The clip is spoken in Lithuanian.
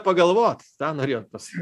pagalvot tą norėjot pasakyt